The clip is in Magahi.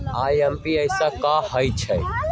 आई.एम.पी.एस की होईछइ?